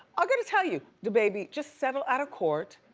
ah gotta tell you, dababy, just settle out of court,